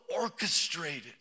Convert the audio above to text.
orchestrated